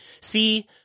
see